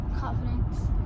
confidence